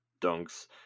dunks